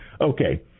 Okay